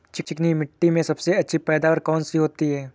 चिकनी मिट्टी में सबसे अच्छी पैदावार कौन सी होती हैं?